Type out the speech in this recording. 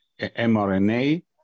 mRNA